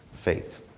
faith